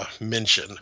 mention